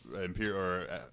imperial